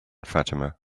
fatima